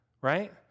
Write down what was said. right